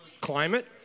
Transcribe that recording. climate